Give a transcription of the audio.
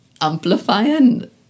amplifying